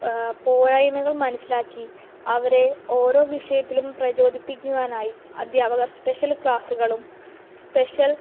പോരായ്മകൾ മനസ്സിലാക്കി അവരെ ഓരോ വിഷയത്തിലും പ്രചോദിപ്പിക്കുവാനായി അധ്യാപകർ സ്പെഷ്യൽ ക്ലാസ്സുകളും സ്പെഷ്യൽ